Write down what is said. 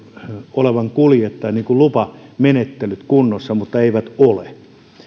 olevan kuljettajan lupamenettelyt kunnossa mutta ne eivät ole